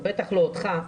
בטח לא אותך,